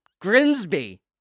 Grimsby